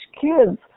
kids